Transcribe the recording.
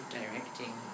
directing